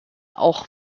auch